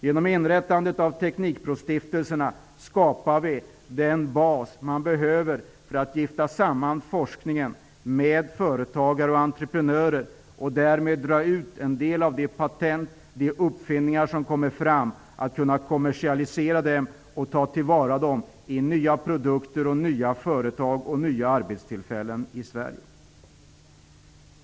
Genom inrättandet av teknikbrostiftelserna skapar vi den bas som behövs för att gifta samman forskningen med företagare och entreprenörer och därmed kunna kommersialisera en del av de patent och uppfinningar som kommer fram och ta dem till vara i nya produkter, nya företag och nya arbetstillfällen i Sverige.